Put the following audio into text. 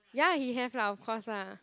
ya he have lah of course lah